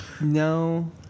No